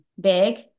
big